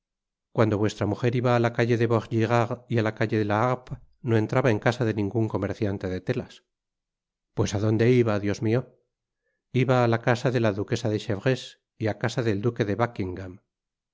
cuando vuestra mujer iba á la calle de vaugirard y á la calle de la harpe no entraba en casa de ningun comerciante de telas pues á donde iba dios mio iba á casa de la duquesa de chevreuse y á casa del duque de buckingam